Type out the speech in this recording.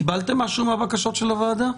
קיבלתם משהו מהבקשות של הוועדה?